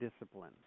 discipline